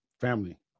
family